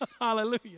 Hallelujah